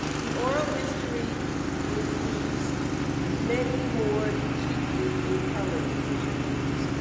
the oral history includes many more deeply compelling interviews,